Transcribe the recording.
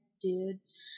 dudes